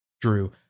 Drew